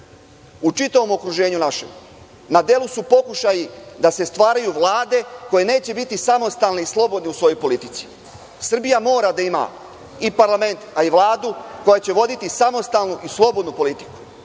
u čitavom okruženju našem na delu su pokušaji da se stvaraju Vlade koje neće biti samostalne i slobodne u svojoj politici. Srbija mora da ima i parlament i Vladu koja će voditi samostalnu i slobodnu politiku.